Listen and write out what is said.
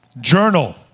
Journal